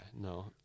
no